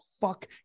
fuck